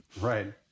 Right